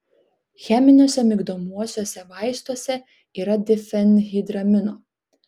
cheminiuose migdomuosiuose vaistuose yra difenhidramino